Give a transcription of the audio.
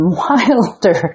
wilder